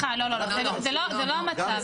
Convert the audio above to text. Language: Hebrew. סליחה, זה לא המצב.